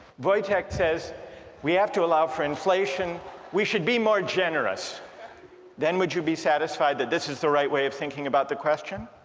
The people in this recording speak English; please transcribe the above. voicheck says we have to allow for inflation we should be more generous then would you be satisfied that this is the right way of thinking about the question?